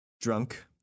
drunk